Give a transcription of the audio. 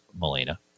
Melina